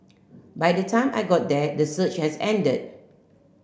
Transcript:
by the time I got there the surge had ended